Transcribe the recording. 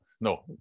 No